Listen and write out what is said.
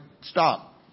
stop